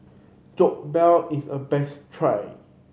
jokbal is a best try